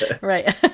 Right